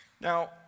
Now